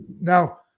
now